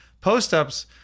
post-ups